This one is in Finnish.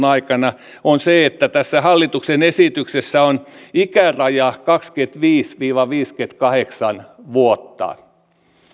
aikana on se että tässä hallituksen esityksessä on ikäraja kaksikymmentäviisi viiva viisikymmentäkahdeksan vuotta